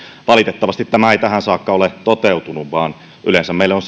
valitettavasti tämä ei tähän saakka ole toteutunut vaan yleensä meille on